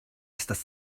estas